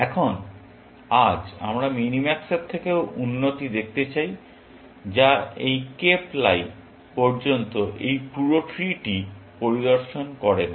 এখন আজ আমরা মিনিম্যাক্সের থেকেও উন্নতি দেখতে চাই যা এই কেপ লাই পর্যন্ত এই পুরো ট্রি টি পরিদর্শন করে না